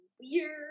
weird